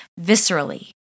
viscerally